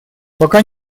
пока